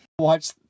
watch